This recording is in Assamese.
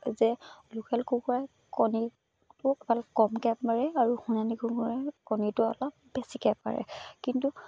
যে লোকেল কুকুৰাই কণীটো অলপ কমকৈ পাৰে আৰু সোণালী কুকুৰাই কণীটো অলপ বেছিকৈ পাৰে কিন্তু